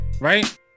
right